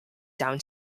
down